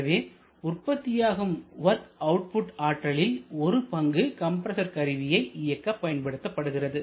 எனவே உற்பத்தியாகும் work output ஆற்றலில் ஒரு பங்கு கம்ப்ரஸர் கருவியை இயக்க பயன்படுத்தப்படுகிறது